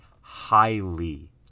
highly